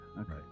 Okay